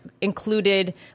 included